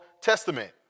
Testament